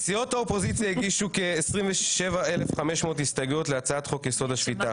סיעות האופוזיציה הגישו כ-27,500 הסתייגויות להצעת חוק-יסוד: השפיטה.